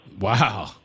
Wow